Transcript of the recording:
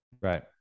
Right